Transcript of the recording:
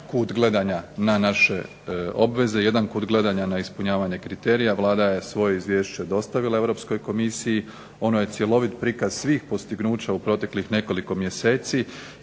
kut gledanja na naše obveze, jedan kut gledanja na ispunjavanje kriterija. Vlada je svoj izvješće dostavila Europskoj komisiji, ono je cjelovit prikaz svih postignuća u proteklih nekoliko mjeseci